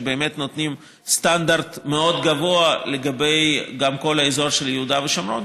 שבאמת נותנים סטנדרט מאוד גבוה גם לגבי כל האזור של יהודה ושומרון,